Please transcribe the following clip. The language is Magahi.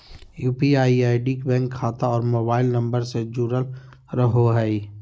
यू.पी.आई आई.डी बैंक खाता और मोबाइल नम्बर से से जुरल रहो हइ